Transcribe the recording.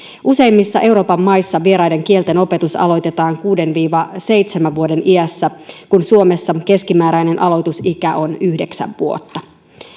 useimmissa euroopan maissa vieraiden kielten opetus aloitetaan kuuden viiva seitsemän vuoden iässä kun suomessa keskimääräinen aloitusikä on yhdeksän vuotta